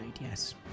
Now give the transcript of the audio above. yes